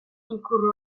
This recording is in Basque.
ikur